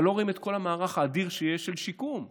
אבל לא רואים את כל המערך האדיר של השיקום שיש,